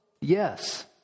Yes